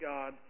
God